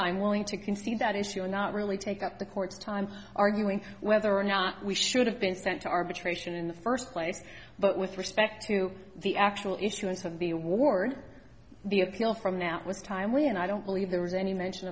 i'm willing to concede that issue and not really take up the court's time arguing whether or not we should have been sent to arbitration in the first place but with respect to the actual issuance of the award the appeal from now was timely and i don't believe there was any mention